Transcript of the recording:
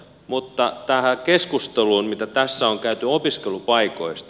mutta tähän keskusteluun mitä tässä on käyty opiskelupaikoista